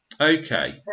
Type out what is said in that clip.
Okay